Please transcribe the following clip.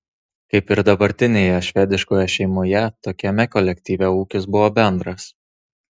kaip ir dabartinėje švediškoje šeimoje tokiame kolektyve ūkis buvo bendras